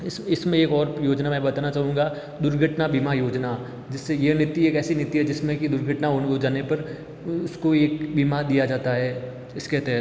इसमें एक और योजना में बताना चाहूँगा दुर्घटना बीमा योजना जिससे ये नीति एक ऐसी नीति है जिसमें कि दुर्घटना हो जाने पर उसको एक बीमा दिया जाता है इसके तहत